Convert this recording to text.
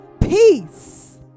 Peace